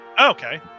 Okay